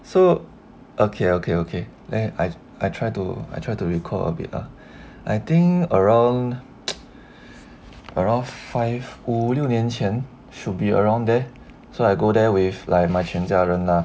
so okay okay okay then I I try to I try to recall a bit lah I think around around five 五六年前 should be around there so I go there with like my 全家人 lah